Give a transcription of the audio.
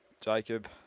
Jacob